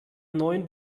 neun